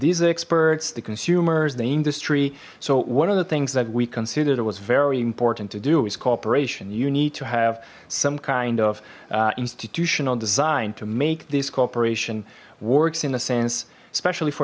these experts the consumers the industry so one of the things that we considered was very important to do is cooperation you need to have some kind of institutional design to make this cooperation works in a sense especially for